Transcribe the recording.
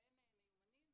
והם מיומנים,